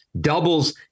doubles